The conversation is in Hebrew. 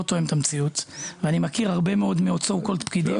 הוא לא תואם את המציאות - ואני מכיר הרבה מאוד so called פקידים.